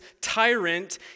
tyrant